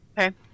Okay